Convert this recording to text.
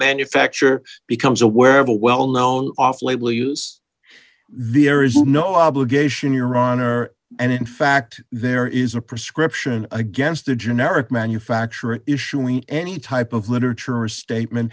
manufacture becomes aware of a well known off label use there is no obligation your honor and in fact there is a prescription against the generic manufacturing issue and any type of literature or statement